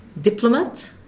diplomat